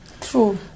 True